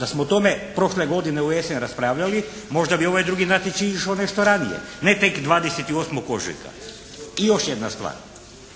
Da smo o tome prošle godine u jesen raspravljali možda bi ovaj drugi natječaj išao nešto ranije. Ne tek 28. ožujka. I još jedna stvar.